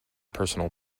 personal